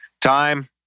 time